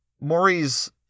Maury's